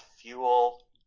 fuel